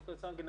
דוקטור צנגן,